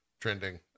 trending